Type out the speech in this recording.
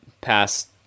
past